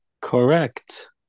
correct